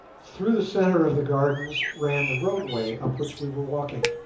through the centre of the gardens ran the roadway up which we were walking.